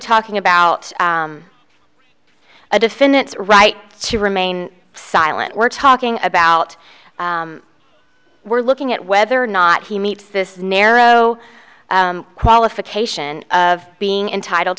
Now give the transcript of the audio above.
talking about a defendant's right to remain silent we're talking about we're looking at whether or not he meets this narrow qualification of being entitled